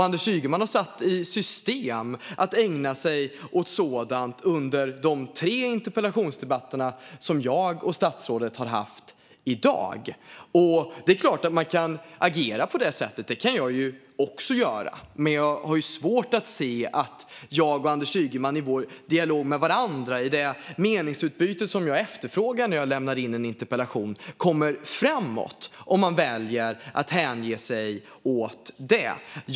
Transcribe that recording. Anders Ygeman har satt i system att ägna sig åt sådant under de tre interpellationsdebatter som jag och statsrådet har haft i dag. Det är klart att man kan agera på det sättet. Det kan jag också göra. Men jag har svårt att se att jag och Anders Ygeman i vår dialog med varandra, i det meningsutbyte som jag efterfrågar när jag lämnar in en interpellation, kommer framåt om man väljer att hänge sig åt det. Fru talman!